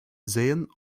sehen